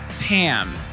Pam